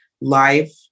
life